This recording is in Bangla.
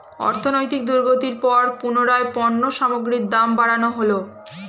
অর্থনৈতিক দুর্গতির পর পুনরায় পণ্য সামগ্রীর দাম বাড়ানো হলো